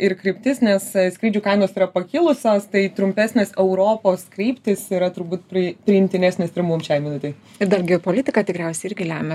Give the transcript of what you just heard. ir kryptis nes skrydžių kainos yra pakilusios tai trumpesnės europos kryptys yra turbūt pri priimtinesnės ir mum šiai minutei ir dargi politika tikriausiai irgi lemia